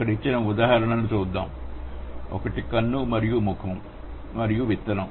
ఇక్కడ ఇచ్చిన ఉదాహరణలను చూద్దాం ఒకటి కన్ను మరియు ముఖం మరియు విత్తనం